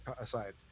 aside